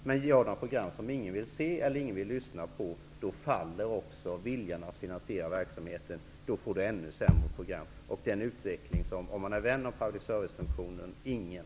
Men gör man program som ingen vill se eller lyssna på, faller också viljan att finansiera verksamheten. Då får man ännu sämre program. Det är en utveckling som ingen vill se, om man är rädd om public service-funktionen.